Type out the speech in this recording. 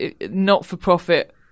not-for-profit